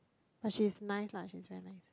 but she's nice lah she's very nice